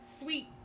Sweet